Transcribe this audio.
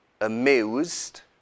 amused